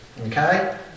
Okay